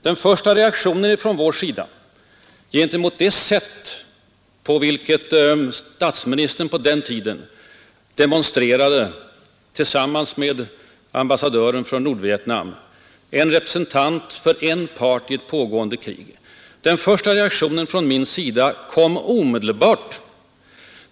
Den första reaktionen från vår sida gentemot det sätt, på vilket statsministern på sin tid demonstrerade tillsammans med ambassadören från Nordvietnam — en representant för den ena parten i ett pågående krig — kom omedelbart.